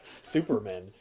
Superman